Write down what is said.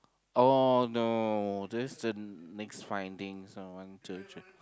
oh no this the next findings oh one two three